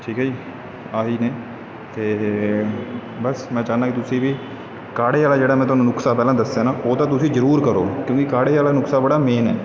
ਠੀਕ ਹੈ ਜੀ ਆਹੀ ਨੇ ਅਤੇ ਬਸ ਮੈਂ ਚਾਹੁੰਦਾ ਕਿ ਤੁਸੀਂ ਵੀ ਕਾੜ੍ਹੇ ਵਾਲਾ ਜਿਹੜਾ ਮੈਂ ਤੁਹਾਨੂੰ ਨੁਸਖਾ ਪਹਿਲਾਂ ਦੱਸਿਆ ਨਾ ਉਹ ਤਾਂ ਤੁਸੀਂ ਜ਼ਰੂਰ ਕਰੋ ਕਿਉਂਕਿ ਕਾੜ੍ਹੇ ਵਾਲਾ ਨੁਸਖਾ ਬੜਾ ਮੇਨ ਹੈ